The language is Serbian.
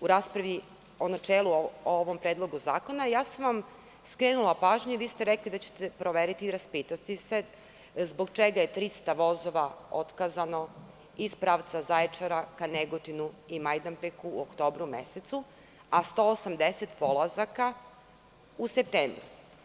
u raspravi o načelu o ovom predlogu zakona ja sam vam skrenula pažnju, i vi ste rekli da ćete proveriti i raspitati se zbog čega je 300 vozova otkazano iz pravca Zaječara ka Negotinu i Majdanpeku u oktobru mesecu, a 180 polazaka u septembru.